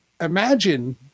Imagine